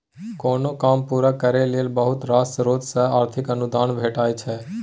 कोनो काम पूरा करय लेल बहुत रास स्रोत सँ आर्थिक अनुदान भेटय छै